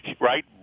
right